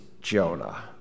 Jonah